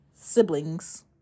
siblings